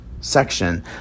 section